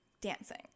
dancing